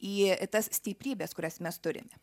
į tas stiprybes kurias mes turime